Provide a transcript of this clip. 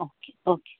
okay okay